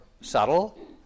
subtle